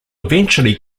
eventually